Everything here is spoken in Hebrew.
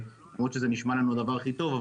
למרות שזה נשמע לנו דבר הכי טוב,